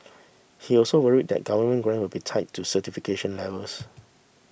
he also worried that government grant will be tied to certification levels